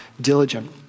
diligent